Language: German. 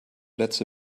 letzte